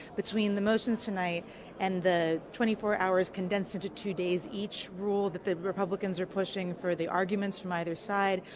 between the motion tonight and the twenty four hours condensed into two days. each rule that the republicans are pushing for the arguments from either side,